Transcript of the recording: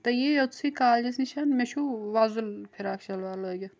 تُہۍ ییِو یوتھٕے کالجس نِشن مےٚ چھُو وۄزُل فراق شلوار لٲگِتھ